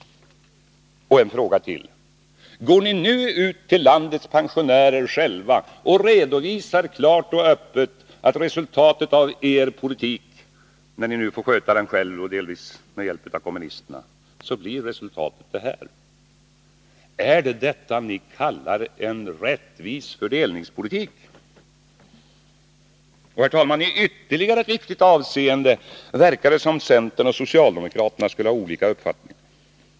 Och en fråga till: Går ni själva ut till landets pensionärer och redovisar klart och öppet att när ni nu får sköta politiken delvis själva, delvis med hjälp av kommunisterna, så blir resultatet detta? Är det detta ni kallar en rättvis fördelningspolitik? I ytterligare ett viktigt avseende verkar det som om centern och socialdemokraterna skulle ha olika uppfattningar.